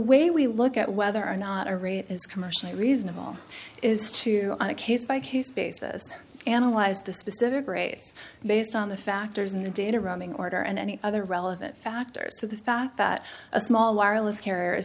way we look at whether or not it's commercially reasonable is to on a case by case basis analyze the specific race based on the factors in the data roaming order and any other relevant factors to the fact that a small wireless carrier